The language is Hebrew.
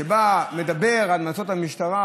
שבא לדבר על המלצות המשטרה.